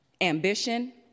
ambition